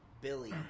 Billy